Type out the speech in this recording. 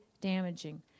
damaging